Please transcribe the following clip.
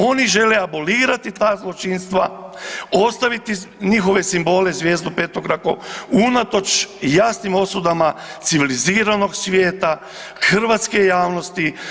Oni žele abolirati ta zločinstva, ostaviti njihove simbole, zvijezdu petokraku unatoč jasnim osudama civiliziranog svijeta, hrvatske javnosti.